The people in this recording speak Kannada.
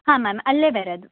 ಹಾಂ ಮ್ಯಾಮ್ ಅಲ್ಲೇ ಬರೋದು